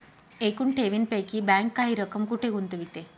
एकूण ठेवींपैकी बँक काही रक्कम कुठे गुंतविते?